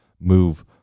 move